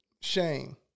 Shame